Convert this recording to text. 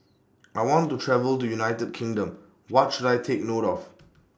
I want to travel to United Kingdom What should I Take note of